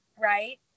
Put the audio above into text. right